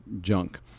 junk